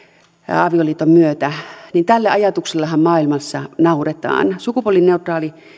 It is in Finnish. avioliiton myötä niin tälle ajatuksellehan maailmassa nauretaan sukupuolineutraalin